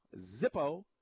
Zippo